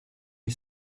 you